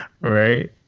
Right